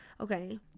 Okay